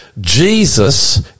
Jesus